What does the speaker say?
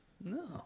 No